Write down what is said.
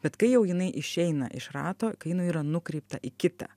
bet kai jau jinai išeina iš rato kai jinai yra nukreipta į kitą